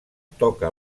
toca